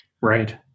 Right